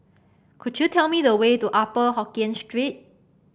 could you tell me the way to Upper Hokkien Street